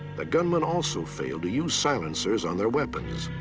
the gunmen also failed to use silencers on their weapons.